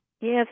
Yes